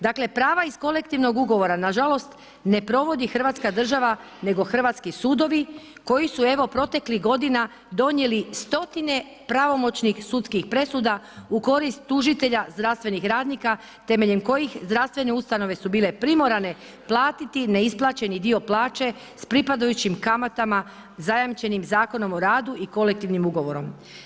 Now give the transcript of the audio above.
Dakle, prava iz kolektivnog ugovora nažalost ne provodi Hrvatska država nego hrvatski sudovi koji su evo proteklih godina donijeli stotine pravomoćnih sudskih presuda u korist tužitelja, zdravstvenih radnika temeljem kojih zdravstvene ustanove su bile primorane platiti ne isplaćeni dio plaće sa pripadajućim kamatama zajamčenim Zakonom o radu i kolektivnim ugovorom.